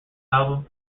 album